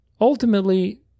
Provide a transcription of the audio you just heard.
ultimately